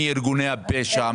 מי ארגוני הפשע,